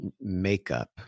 makeup